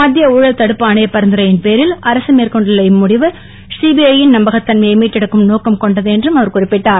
மத்திய ஊழல் தடுப்பு ஆணைய பரிந்துரையின் பேரில் அரசு மேற்கொண்டுள்ள இம்முடிவு சிபிஐ யின் நம்பகத் தன்மையை மீட்டெடுக்கும் நோக்கம் கொண்டது என்றும் அவர் குறிப்பிட்டார்